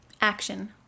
Action